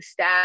stats